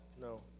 no